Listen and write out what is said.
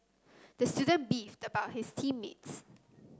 the student beefed about his team mates